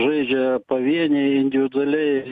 žaidžia pavieniai individualiai